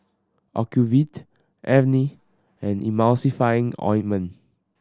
Ocuvite Avene and Emulsying Ointment